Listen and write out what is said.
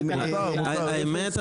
האמת,